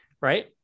Right